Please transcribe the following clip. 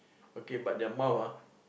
okay but their mouth ah